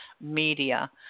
Media